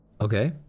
okay